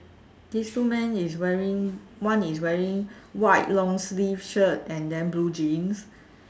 these two men is wearing one is wearing white long sleeve shirt and then blue jeans